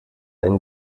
ein